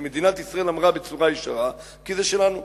כי מדינת ישראל אמרה בצורה ישרה שזה שלנו.